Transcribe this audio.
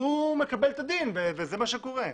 הוא מקבל את הדין וזה מה שקורה.